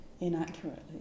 inaccurately